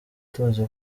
tuzi